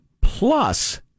plus